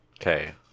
Okay